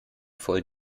voll